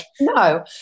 No